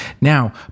Now